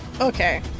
okay